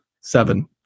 Seven